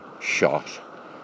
shot